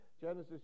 Genesis